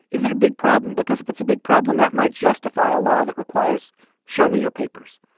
is it a big problem? because if it's a big problem, that might justify a law that requires show me your papers.